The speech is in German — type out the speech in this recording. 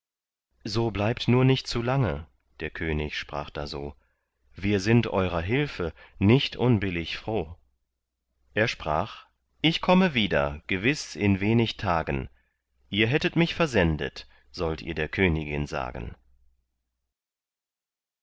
so bleibt nur nicht zu lange der könig sprach da so wir sind eurer hilfe nicht unbillig froh er sprach ich komme wieder gewiß in wenig tagen ihr hättet mich versendet sollt ihr der königin sagen